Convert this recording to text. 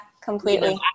completely